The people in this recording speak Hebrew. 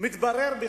מה